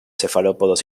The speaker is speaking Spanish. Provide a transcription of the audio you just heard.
cefalópodos